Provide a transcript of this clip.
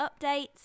Updates